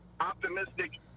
optimistic